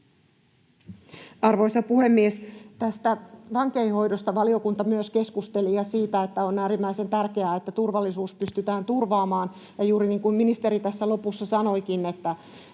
Arvoisa puhemies! Tästä vankeinhoidosta valiokunta myös keskusteli ja siitä, että on äärimmäisen tärkeää, että turvallisuus pystytään turvaamaan ja juuri niin, kuin ministeri tässä lopussa sanoikin, että